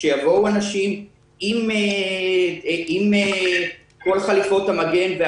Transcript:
שיבואו אנשים עם כל חליפות המגן.